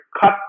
cut